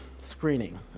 screening